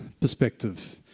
perspective